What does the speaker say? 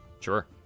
Sure